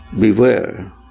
beware